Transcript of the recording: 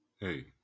Hey